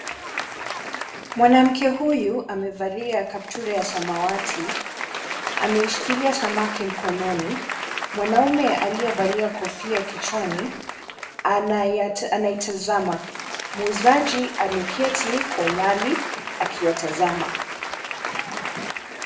Mwanamke huyu amevalia kaptura ya samawati ameishikilia samaki mkononi. Mwanaume aliyevalia kofia kichwani anaitazama. Muuzaji ameketi kwa umbali akiwatazama.